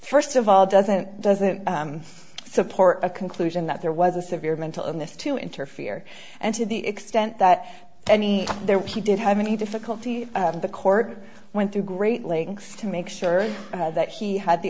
first of all doesn't doesn't support a conclusion that there was a severe mental illness to interfere and to the extent that any there was he did have any difficulty in the court went to great lengths to make sure that he had the